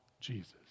Jesus